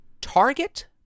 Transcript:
Target